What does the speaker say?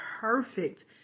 perfect